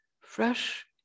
fresh